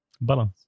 Balance